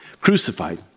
crucified